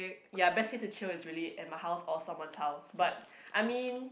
ya best place to chill is really at my house or someone's house but I mean